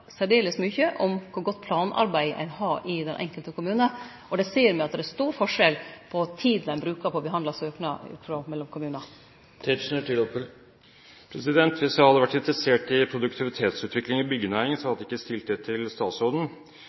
særdeles mykje om kor godt planarbeid ein har i den enkelte kommune, og der ser me at det er stor forskjell mellom kommunar på tida ein brukar på å behandle søknader. Hvis jeg hadde vært interessert i produktivitetsutvikling i byggenæringen, hadde jeg ikke stilt det spørsmålet til statsråden.